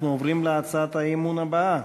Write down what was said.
אנחנו עוברים להצעת האי-אמון הבאה: